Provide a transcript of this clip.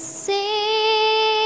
see